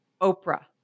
Oprah